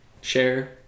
share